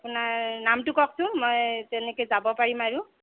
আপোনাৰ নামটো কওকচোন মই তেনেকৈ যাব পাৰিম আৰু